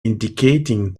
indicating